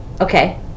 Okay